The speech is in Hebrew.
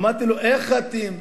אמרתי לו: איך אתם,